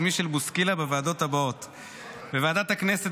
מישל בוסקילה בוועדות הבאות: בוועדת הכנסת,